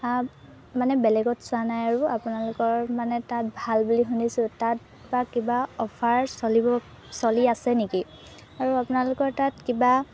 মানে বেলেগত চোৱা নাই আৰু আপোনালোকৰ মানে তাত ভাল বুলি শুনিছোঁ তাত বা কিবা অফাৰ চলিব চলি আছে নেকি আৰু আপোনালোকৰ তাত কিবা